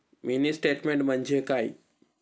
Mini statement म्हणजे काय?